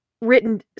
written